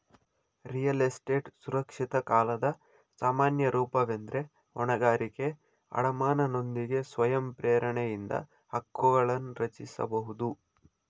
real estate ಸುರಕ್ಷಿತ ಕಾಲದ ಸಾಮಾನ್ಯ ರೂಪವೆಂದ್ರೆ ಹೊಣೆಗಾರಿಕೆ ಅಡಮಾನನೊಂದಿಗೆ ಸ್ವಯಂ ಪ್ರೇರಣೆಯಿಂದ ಹಕ್ಕುಗಳನ್ನರಚಿಸಬಹುದು